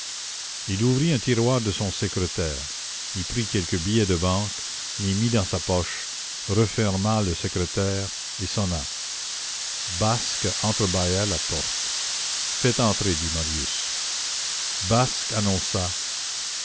il ouvrit un tiroir de son secrétaire y prit quelques billets de banque les mit dans sa poche referma le secrétaire et sonna basque entre bâilla la porte faites entrer dit marius basque annonça